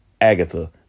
agatha